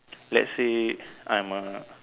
let's say I'm a